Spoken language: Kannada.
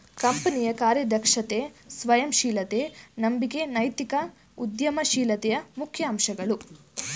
ಕಂಪನಿಯ ಕಾರ್ಯದಕ್ಷತೆ, ಸಂಯಮ ಶೀಲತೆ, ನಂಬಿಕೆ ನೈತಿಕ ಉದ್ಯಮ ಶೀಲತೆಯ ಮುಖ್ಯ ಅಂಶಗಳು